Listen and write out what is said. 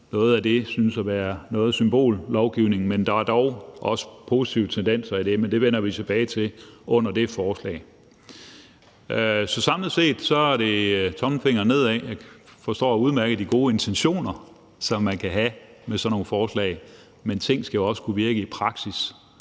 Noget af det synes at være symbollovgivning, men der er dog også positive tendenser i det, men det vender vi tilbage til i forbindelse med behandlingen af det forslag. Så samlet set er det tommelfingeren nedad. Jeg forstår udmærket de gode intentioner, som man kan have med sådan nogle forslag, men det skal jo også kunne virke i praksis